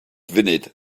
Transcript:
funud